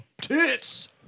tits